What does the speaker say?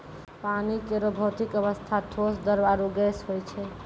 पानी केरो भौतिक अवस्था ठोस, द्रव्य आरु गैस होय छै